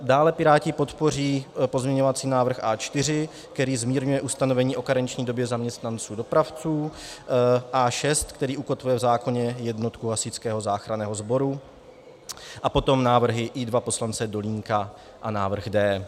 Dále Piráti podpoří pozměňovací návrh A4, který zmírňuje ustanovení o karenční době zaměstnanců dopravců, A6, který ukotvil v zákoně jednotku hasičského záchranného sboru, a potom návrhy I2 poslance Dolínka a návrh D.